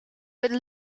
while